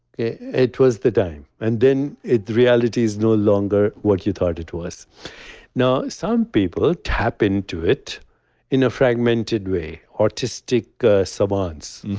it it was the time and then the reality is no longer what you thought it was now some people tap into it in a fragmented way. autistic savants,